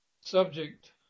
subject